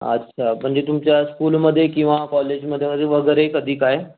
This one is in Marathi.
अच्छा म्हणजे तुमच्या स्कूलमध्ये किंवा कॉलेजमध्ये वगैरे कधी काय